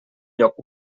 lloc